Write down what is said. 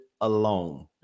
alone